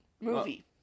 movie